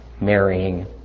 marrying